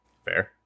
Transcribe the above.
fair